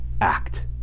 Act